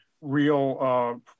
real